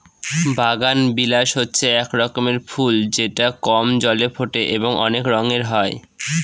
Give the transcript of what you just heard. বাগানবিলাস হচ্ছে এক রকমের ফুল যেটা কম জলে ফোটে এবং অনেক রঙের হয়